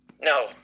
No